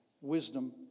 wisdom